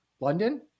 London